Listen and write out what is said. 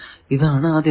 ഇതാണ് ആദ്യത്തേത്